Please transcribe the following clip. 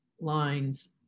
lines